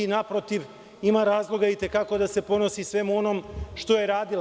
Naprotiv, ima razloga itekako da se ponosi svemu onom što je radila.